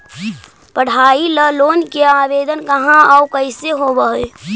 पढाई ल लोन के आवेदन कहा औ कैसे होब है?